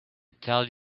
tell